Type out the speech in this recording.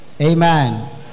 Amen